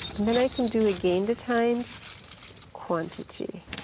and then i can do again the times quantity.